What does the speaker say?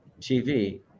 TV